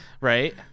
Right